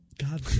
God